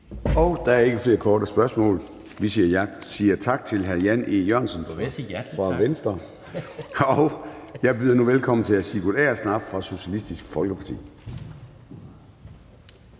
Der er ikke flere korte bemærkninger. Vi siger tak til hr. Jan E. Jørgensen fra Venstre, og jeg byder nu velkommen til hr. Sigurd Agersnap fra Socialistisk Folkeparti.